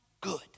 good